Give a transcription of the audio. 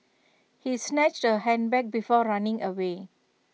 he snatched her handbag before running away